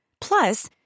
Plus